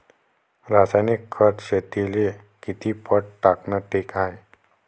रासायनिक खत शेतीले किती पट टाकनं ठीक हाये?